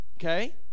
okay